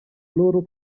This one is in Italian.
loro